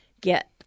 get